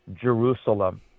Jerusalem